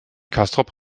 castrop